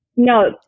No